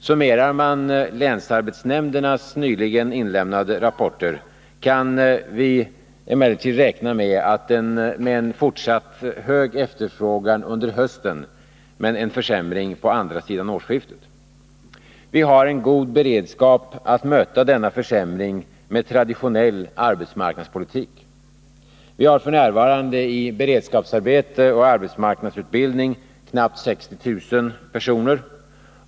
Summerar man länsarbetsnämndernas nyligen inlämnade rapporter kan vi emellertid räkna med en fortsatt hög efterfrågan under hösten, men en försämring på andra sidan årsskiftet. Vi har en god beredskap att möta denna försämring med traditionell arbetsmarknadspolitik. F. n. finns i beredskapsarbeten och arbetsmarknadsutbildning knappt 60 000 personer.